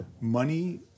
money